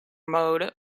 mode